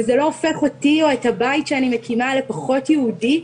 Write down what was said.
וזה לא הופך אותי או את הבית שאני מקימה לפחות יהודי,